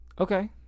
Okay